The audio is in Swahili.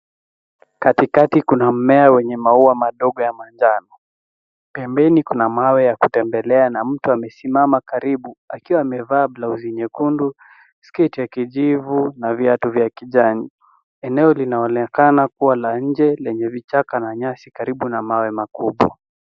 Katikati kuna mmea wenye maua madogo ya manjano. Pembeni kuna mawe ya kutembelea na mtu amesimama karibu akiwa amevaa blauzi nyekundu, sketi ya kijivu na viatu vya kijani. Eneo linaonekana kuwa la nje lenye vichaka na nyasi karibu na mawe makubwa.